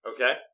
Okay